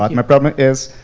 my problem is,